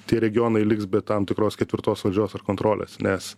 tie regionai liks be tam tikros ketvirtos valdžios ar kontrolės nes